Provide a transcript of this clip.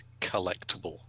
collectible